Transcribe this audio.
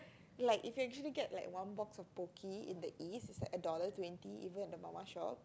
like if you actually get like one box of pocky in the East it's like a dollar twenty even at the mama shop